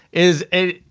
is it?